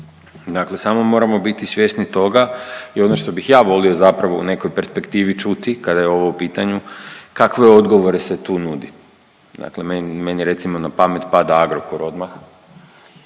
Dakle, samo moramo biti svjesni toga i ono što bih ja volio zapravo u nekoj perspektivi čuti kada je ovo u pitanju kakve odgovore se tu nudi. Dakle, meni recimo na pamet pada Agrokor odmah